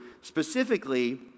specifically